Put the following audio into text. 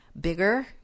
bigger